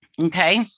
Okay